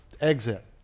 exit